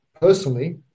personally